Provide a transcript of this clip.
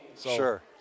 Sure